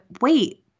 wait